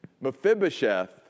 Mephibosheth